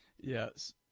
Yes